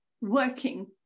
working